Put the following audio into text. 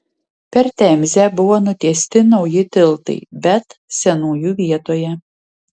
per temzę buvo nutiesti nauji tiltai bet senųjų vietoje